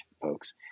folks